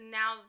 now